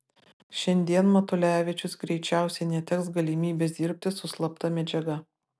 šiandien matulevičius greičiausiai neteks galimybės dirbti su slapta medžiaga